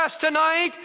tonight